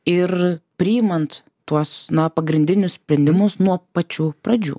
ir priimant tuos na pagrindinius sprendimus nuo pačių pradžių